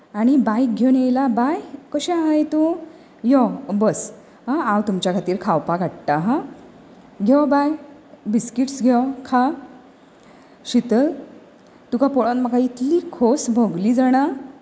आनी बायक घेवून येयलां बाय कशें आहाय तूं यो बस हां हांव तुमच्या खातीर खावपाक हाडटा हां यो बाय बिस्कीट्स घे खा शितळ तुका पळोवन म्हाका इतली खोस भोगली जाणा